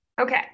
Okay